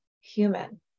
human